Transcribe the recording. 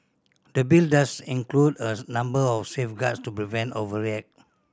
the Bill does include a number of safeguards to prevent overreach